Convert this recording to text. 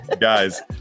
guys